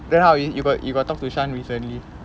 then how you you got you got talk to shaan recently